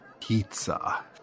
Pizza